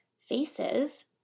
faces